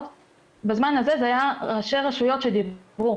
בזמן הזה זה היה ראשי רשויות שדיברו.